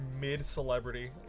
mid-celebrity